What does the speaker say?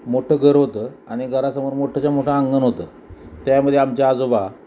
मोठं घर होतं आणि घरासमोर मोठाच्या मोठं अंगण होतं त्यामध्ये आमचे आजोबा